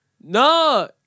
No